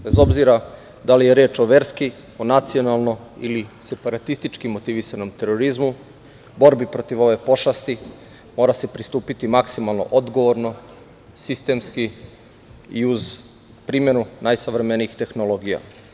Bez obzira da li je reč o verski, o nacionalno ili separatistički motivisanom terorizmu, borbi protiv ove pošasti mora se pristupiti maksimalno odgovorno, sistemski i uz primenu najsavremenijih tehnologija.